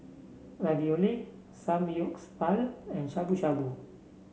Ravioli Samgyeopsal and Shabu Shabu